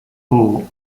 four